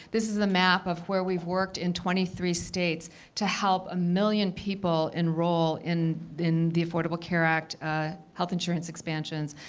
this is a map of where we've worked in twenty three states to help a million people enroll in in the affordable care act health insurance expansions.